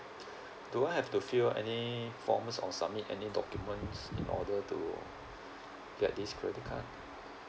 do I have to fill any forms or submit any documents in order to get this credit card